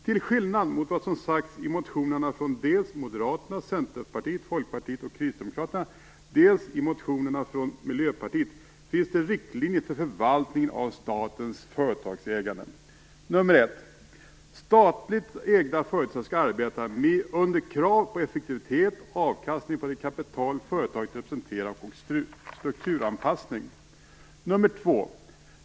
Till skillnad från vad som har sagts i motionerna finns det riktlinjer för förvaltningen av statens företagsägande: 1. Statligt ägda företag skall arbeta under krav på effektivitet, avkastning på det kapital företaget representerar och strukturanpassning. 2.